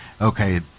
okay